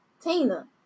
Tina